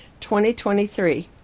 2023